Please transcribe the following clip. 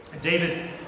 David